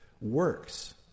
works